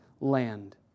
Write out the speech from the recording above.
land